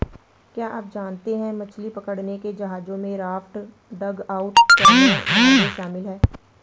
क्या आप जानते है मछली पकड़ने के जहाजों में राफ्ट, डगआउट कैनो, नावें शामिल है?